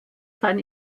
sein